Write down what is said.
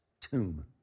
tomb